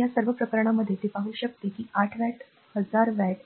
तर या सर्व प्रकरणांमध्ये हे पाहू शकते की ते 8 वॅट्स हजार वॅट